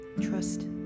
Trust